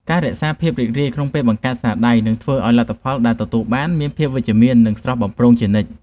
ការរក្សាភាពរីករាយក្នុងពេលបង្កើតស្នាដៃនឹងធ្វើឱ្យលទ្ធផលដែលទទួលបានមានភាពវិជ្ជមាន និង ស្រស់បំព្រងជានិច្ច។